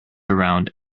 around